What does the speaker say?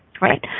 right